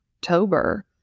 october